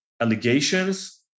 allegations